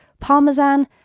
parmesan